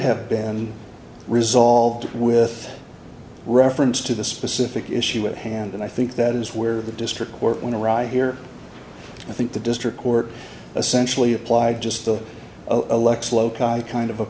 have been resolved with reference to the specific issue at hand and i think that is where the district court went to right here i think the district court essentially applied just the aleck's loci kind of